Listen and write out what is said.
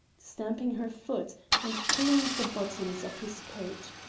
stamping her foot, and pulling at the buttons of his coat.